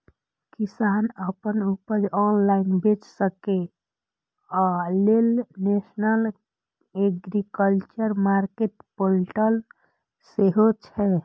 किसान अपन उपज ऑनलाइन बेच सकै, अय लेल नेशनल एग्रीकल्चर मार्केट पोर्टल सेहो छै